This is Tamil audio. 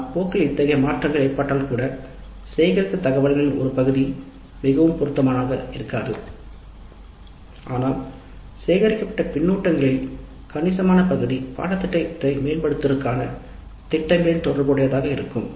ஆனால் போக்கில் இத்தகைய மாற்றங்கள் ஏற்பட்டாலும் கூட சேகரித்த தகவல் களில் ஒரு பகுதி மிகவும் பொருத்தமானதாக இருக்காது ஆனால் சேகரிக்கப்பட்ட பின்னூட்டங்களில் கணிசமான பகுதி பாடத்திட்டத்தை மேம்படுத்துவதற்கான திட்டங்களின் தொடர்புடையதாக இருக்கும்